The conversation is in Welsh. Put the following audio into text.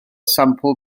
sampl